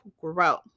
grow